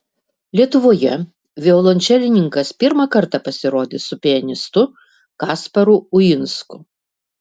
lietuvoje violončelininkas pirmą kartą pasirodys su pianistu kasparu uinsku